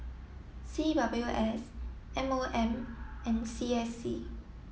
C W S M O M and C S C